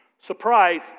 Surprise